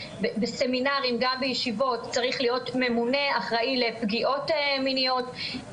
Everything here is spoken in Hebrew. בסמינרים וגם בישיבות צריך להיות ממונה אחראי לפגיעות מיניות,